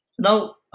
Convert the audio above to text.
Now